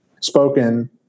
spoken